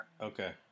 Okay